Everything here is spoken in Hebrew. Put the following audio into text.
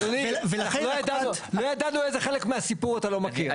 אדוני לא ידענו איזה חלק מהסיפור אתה לא מכיר,